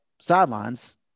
sidelines